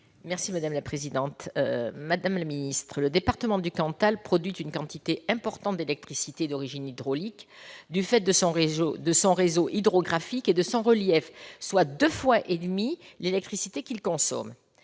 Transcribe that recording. Madame la secrétaire d'État, le département du Cantal produit une quantité importante d'électricité d'origine hydraulique du fait de son réseau hydrographique et de son relief, soit deux fois et demie l'électricité qu'il consomme.